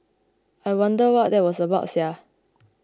I wonder what that was about sia